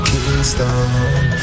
Kingston